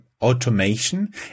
automation